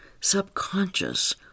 subconscious